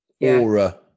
Aura